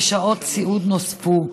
ושעות סיעוד נוספות.